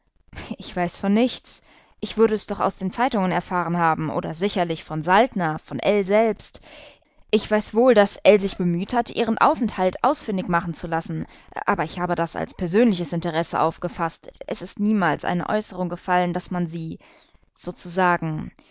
ich weiß von nichts ich würde es doch aus den zeitungen erfahren haben oder sicherlich von saltner von ell selbst ich weiß wohl daß ell sich bemüht hat ihren aufenthalt ausfindig machen zu lassen aber ich habe das als persönliches interesse aufgefaßt es ist niemals eine äußerung gefallen daß man sie sozusagen